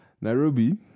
Nairobi